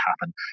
happen